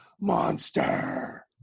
monster